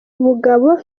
bugabo